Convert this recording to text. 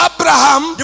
Abraham